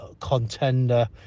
contender